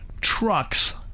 trucks